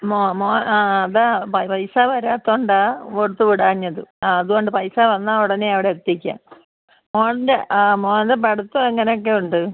ആ അതാണ് പൈസ വരാത്തോണ്ട കൊടുത്ത് വിടാഞ്ഞത് ആ അതുകൊണ്ട് പൈസ വന്നാൽ ഉടനെ അവിടെ എത്തിക്കാം മോൻ്റെ അ മോൻ്റെ പഠിത്തം എങ്ങനെയൊക്കെയുണ്ട്